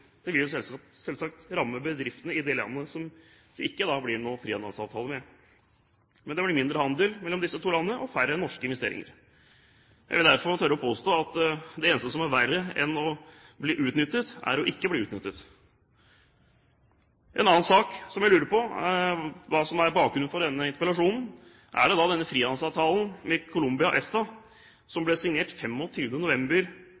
selvsagt ramme bedriftene i det landet som det ikke blir noen frihandelsavtale med. Det blir mindre handel mellom disse to landene og færre norske investeringer. Jeg vil derfor tørre å påstå at det eneste som er verre enn å bli utnyttet, er å ikke bli utnyttet. En annen sak som jeg lurer på, er hva som er bakgrunnen for denne interpellasjonen. Er det frihandelsavtalen mellom Colombia og EFTA som ble signert 25. november